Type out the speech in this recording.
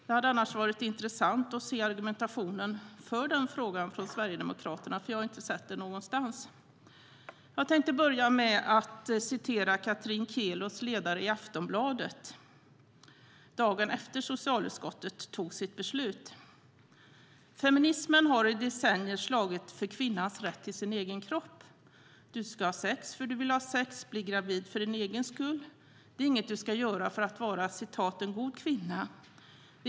Det hade annars varit intressant att se argumentationen för den frågan från Sverigedemokraterna, för jag har inte sett det någonstans. Jag tänkte börja med att citera Katrine Kielos ledare i Aftonbladet dagen efter att socialutskottet tog sitt beslut: "Feminismen har i decennier slagits för kvinnans rätt till sin egen kropp. Du ska ha sex för att du vill ha sex och bli gravid för din egen skull. Det är inget du ska göra för att vara en 'god kvinna'.